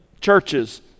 churches